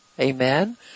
Amen